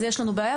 אז יש לנו בעיה.